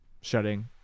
shutting